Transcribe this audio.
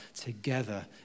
together